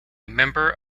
member